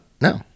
No